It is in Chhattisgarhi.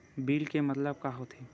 बिल के मतलब का होथे?